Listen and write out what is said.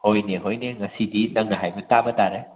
ꯍꯣꯏꯅꯦ ꯍꯣꯏꯅꯦ ꯉꯁꯤꯗꯤ ꯅꯪꯅ ꯍꯥꯏꯕ ꯇꯥꯕ ꯇꯥꯔꯦ